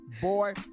Boy